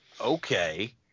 Okay